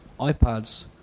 iPads